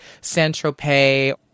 Saint-Tropez